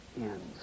ends